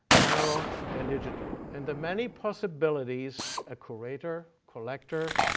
analog and digital, and the many possibilities a curator, collector,